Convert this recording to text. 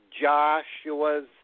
Joshua's